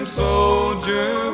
soldier